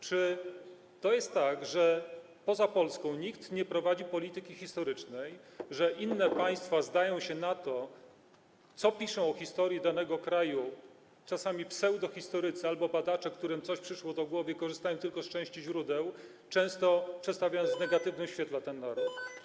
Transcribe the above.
Czy to jest tak, że poza Polską nikt nie prowadzi polityki historycznej, że inne państwa zdają się na to, co piszą o historii danego kraju czasami pseudohistorycy albo badacze, którym coś przyszło do głowy i korzystają tylko z części źródeł, często przedstawiając w negatywnym świetle ten naród?